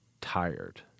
tired